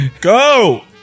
Go